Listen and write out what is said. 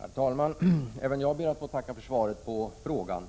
Herr talman! Även jag ber att få tacka för svaret på frågan.